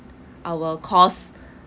our course